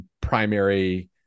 primary